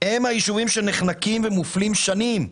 הם היישובים שנחנקים ומופלים שנים,